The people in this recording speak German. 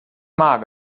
mager